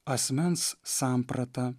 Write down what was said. asmens samprata